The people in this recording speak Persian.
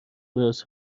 راست